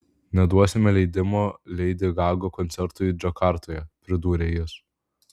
neduosime leidimo leidi gaga koncertui džakartoje pridūrė jis